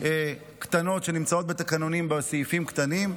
קטנות שנמצאות בתקנונים ובסעיפים קטנים.